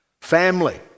family